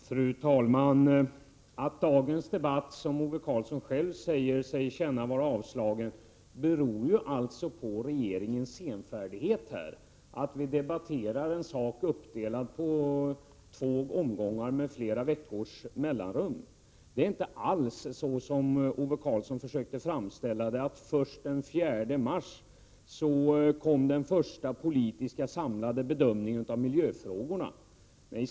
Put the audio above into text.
Fru talman! Att dagens debatt är avslagen, som Ove Karlsson säger att han själv känner, beror på regeringens senfärdighet. Debatten är uppdelad på två omgångar med flera veckors mellanrum. Det är inte alls så som Ove Karlsson försökte framställa det, att regeringens proposition som presenterades den 4 mars är den första samlade politiska bedömningen av miljöfrågorna.